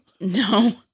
No